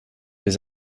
mes